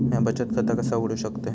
म्या बचत खाता कसा उघडू शकतय?